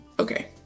Okay